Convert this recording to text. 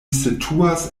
situas